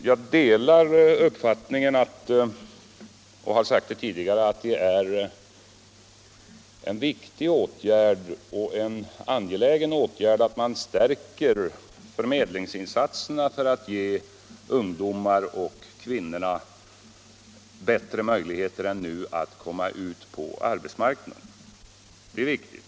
Jag delar uppfattningen — det har jag sagt tidigare — att det är en viktig och angelägen åtgärd att man stärker förmedlingsinsatserna för att ge kvinnor och ungdomar bättre möjligheter än nu att komma ut på arbetsmarknaden.